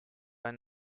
ein